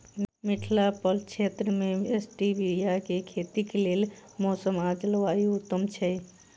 मिथिला प्रक्षेत्र मे स्टीबिया केँ खेतीक लेल मौसम आ जलवायु उत्तम छै?